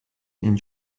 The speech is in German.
ihn